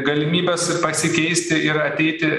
galimybes ir pasikeisti ir ateiti